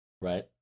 right